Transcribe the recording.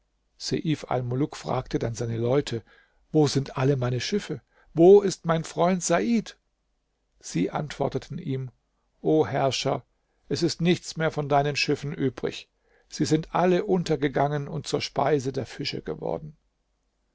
fragte dann seine leute wo sind alle meine schiffe wo ist mein freund said sie antworteten ihm o herrscher es ist nichts mehr von deinen schiffen übrig sie sind alle untergegangen und zur speise der fische geworden